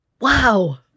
Wow